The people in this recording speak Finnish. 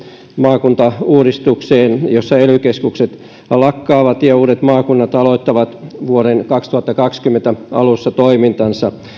maakuntauudistukseen jossa ely keskukset lakkaavat ja uudet maakunnat aloittavat vuoden kaksituhattakaksikymmentä alussa toimintansa